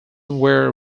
were